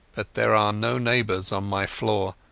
but there are no neighbours on my floor,